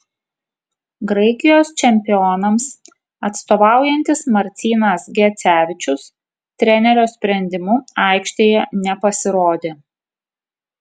graikijos čempionams atstovaujantis martynas gecevičius trenerio sprendimu aikštėje nepasirodė